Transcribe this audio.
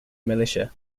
militia